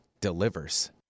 delivers